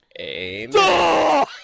amen